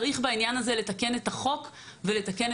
צריך בעניין הזה לתקן את החוק בהקדם.